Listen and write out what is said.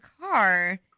car